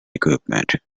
equipment